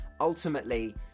Ultimately